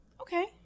Okay